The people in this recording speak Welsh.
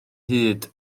hyd